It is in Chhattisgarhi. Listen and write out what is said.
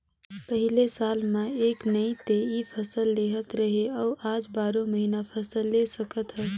पहिले साल म एक नइ ते इ फसल लेहत रहें अउ आज बारो महिना फसल ले सकत हस